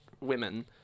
women